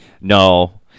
no